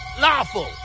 lawful